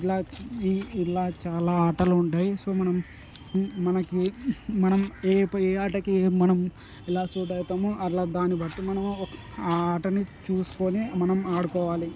ఇలా ఇలా చాలా ఆటలు ఉంటాయి సో మనం మనకి మనం ఏ ఏ ఆటకి మనం ఎలా సూట్ అయితామో అలా దాన్ని బట్టి మనం ఆ ఆటని చూసుకొని మనం ఆడుకోవాలి